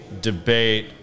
debate